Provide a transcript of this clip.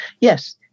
yes